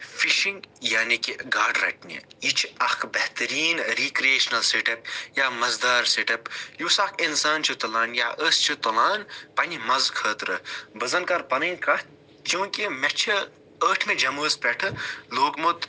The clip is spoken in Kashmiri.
فِشِنٛگ یعنی کہِ گاڈٕ رَٹنہِ یہِ چھِ اَکھ بہتریٖن رِکریشنَل سِٹیٚپ یا مَزٕ دار سِٹیٚپ یُس اَکھ اِنسان چھُ تُلان یا أسۍ چھِ تُلان پَننہِ مَزٕ خٲطرٕ بہٕ زَنہٕ کَرٕ پَنٕنۍ کَتھ چونٛکہ مےٚ چھِ ٲٹھمہِ جمٲژ پٮ۪ٹھ لوگمُت